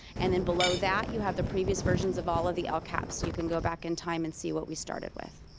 and then below that, that, you have the previous versions of all of the ah lcaps. you can go back in time and see what we started with.